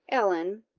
ellen,